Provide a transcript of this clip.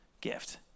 gift